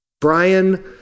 Brian